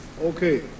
Okay